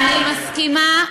אני מסכימה,